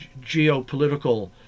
geopolitical